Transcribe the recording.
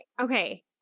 okay